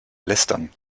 lästern